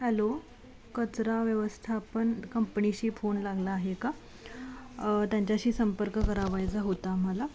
hello कचरा व्यवस्थापन कंपणीशी फोन लागला आहे का त्यांच्याशी संपर्क करावयाचा होता आम्हाला